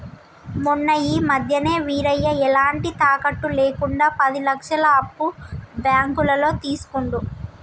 మొన్న ఈ మధ్యనే వీరయ్య ఎలాంటి తాకట్టు లేకుండా పది లక్షల అప్పు బ్యాంకులో తీసుకుండు